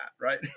right